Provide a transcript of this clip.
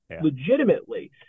legitimately